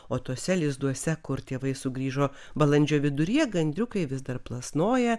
o tuose lizduose kur tėvai sugrįžo balandžio viduryje gandriukai vis dar plasnoja